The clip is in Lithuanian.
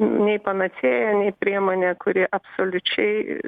nei panacėja nei priemonė kuri absoliučiai